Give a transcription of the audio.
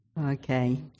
Okay